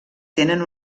tenen